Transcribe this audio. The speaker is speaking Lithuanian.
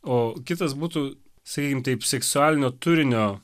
o kitas būtų sakykim taip seksualinio turinio